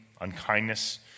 unkindness